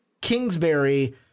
Kingsbury